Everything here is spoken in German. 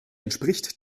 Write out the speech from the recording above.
entspricht